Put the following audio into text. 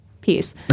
peace